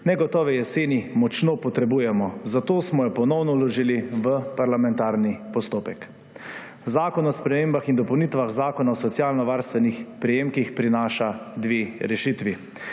negotove jeseni močno potrebujemo, zato smo jo ponovno vložili v parlamentarni postopek. Zakon o spremembah in dopolnitvah Zakona o socialno varstvenih prejemkih prinaša dve rešitvi.